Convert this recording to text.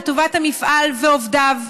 לטובת המפעל ועובדיו,